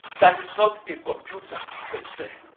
that is not a computer per se